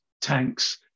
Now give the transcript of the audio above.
tanks